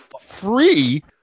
Free